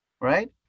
right